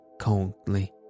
coldly